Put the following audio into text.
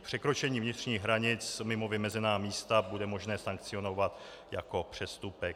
Překročení vnitřních hranic mimo vymezená místa bude možné sankcionovat jako přestupek.